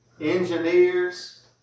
engineers